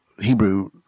Hebrew